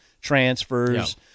transfers